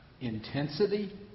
intensity